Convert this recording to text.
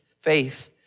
faith